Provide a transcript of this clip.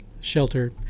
shelter